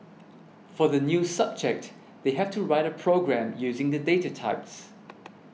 for the new subject they have to write a program using the data types